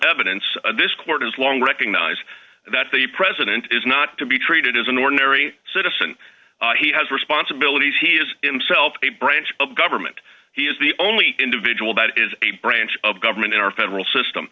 evidence this court has long recognize that the president is not to be treated as an ordinary citizen he has responsibilities he is himself a branch of government he is the only individual that is a branch of government in our federal system